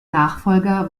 nachfolger